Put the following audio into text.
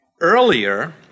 Earlier